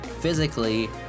physically